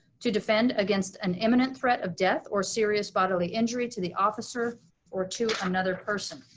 to defend against an imminent threat of death or serious bodily injury to the officer or to another person.